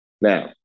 Now